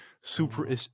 super